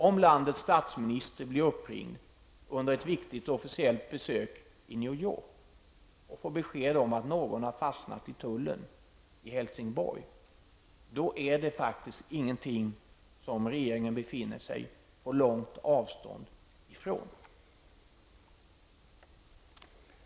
Om landets statsminister under ett viktigt officiellt besök i New York blir uppringd och får beskedet om att någon fastnat i tullen i Helsingborg är det faktiskt inte något som regeringen befinner sig på långt avstånd ifrån.